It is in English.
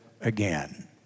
again